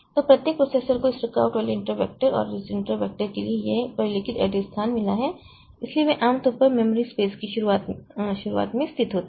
तो प्रत्येक प्रोसेसर को इस रुकावट वाले इंटरपट वैक्टर और इस इंटरपट वैक्टर के लिए यह प्रलेखित एड्रेस स्थान मिला है इसलिए वे आम तौर पर मेमोरी स्पेस की शुरुआत में स्थित होते हैं